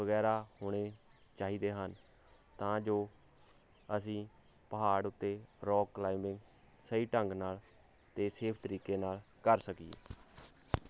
ਵਗੈਰਾ ਹੋਣੇ ਚਾਹੀਦੇ ਹਨ ਤਾਂ ਜੋ ਅਸੀਂ ਪਹਾੜ ਉੱਤੇ ਰੋਕ ਲਾਈਵੇ ਸਹੀ ਢੰਗ ਨਾਲ ਤੇ ਸੇਫ ਤਰੀਕੇ ਨਾਲ ਕਰ ਸਕੀਏ